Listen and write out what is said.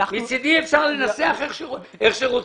מצדי אפשר לנסח איך שרוצים.